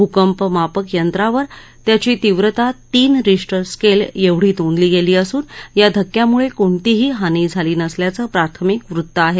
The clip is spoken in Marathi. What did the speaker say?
भूकंप मापक यंत्रावर त्याची तीव्रता तीन रिक्टर स्केल एवढी नोंदली गेली असून या धक्क्यामुळे कोणतीही हानी झाली नसल्याचं प्राथमिक वृत्त आहे